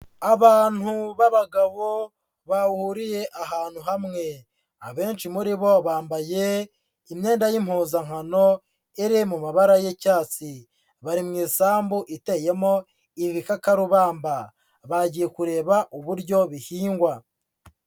Abantu b'abagabo bahuriye ahantu hamwe, abenshi muri bo bambaye imyenda y'impuzankano iri mu mabara y'icyatsi, bari mu isambu iteyemo ibikakarubamba, bagiye kureba uburyo bihingwa.